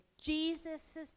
Jesus